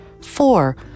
Four